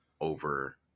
over